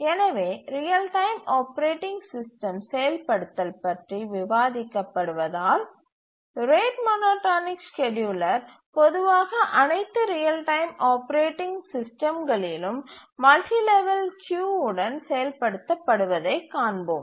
எனவே real time operating system செயல்படுத்தல் பற்றி விவாதிக்க படுவதால் ரேட் மோனோடோனிக் ஸ்கேட்யூலர் பொதுவாக அனைத்து ரியல் டைம் ஆப்பரேட்டிங் சிஸ்டம்களிலும் மல்டி லெவல் கியூ உடன் செயல்படுத்தப்படுவதைக் காண்போம்